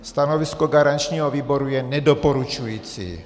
Stanovisko garančního výboru je nedoporučující.